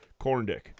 Corndick